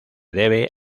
debe